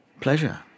Pleasure